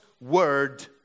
Word